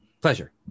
pleasure